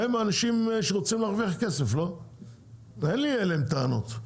הם אנשים שרוצים להרוויח כסף, אין לי אליהם טענות,